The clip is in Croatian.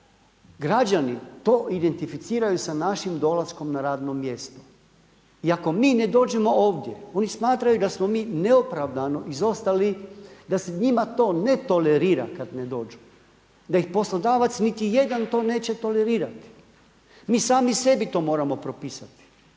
građani to identificiraju sa našim dolaskom na radno mjesto. I ako mi ne dođemo ovdje, oni smatraju da smo mi neopravdano izostali, da se njima to ne tolerira kad ne dođu, da ih poslodavac niti jedan to neće tolerirati. Mi sami sebi to moramo propisati.